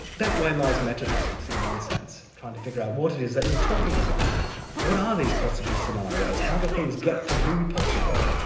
that way lies metaphysics in one sense, trying to figure out what it is that you're talking about what are these possible scenarios, how do things get to be possible?